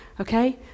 Okay